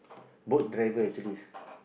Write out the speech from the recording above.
boat driver actually